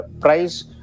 price